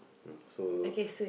so